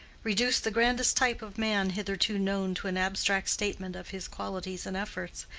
reduce the grandest type of man hitherto known to an abstract statement of his qualities and efforts,